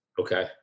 Okay